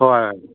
ꯍꯣꯏ